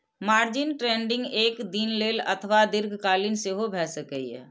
margin trading एक दिन लेल अथवा दीर्घकालीन सेहो भए सकैए